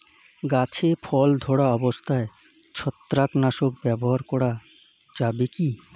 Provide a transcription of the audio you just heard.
গাছে ফল ধরা অবস্থায় ছত্রাকনাশক ব্যবহার করা যাবে কী?